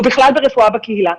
או בכלל ברפואה בקהילה,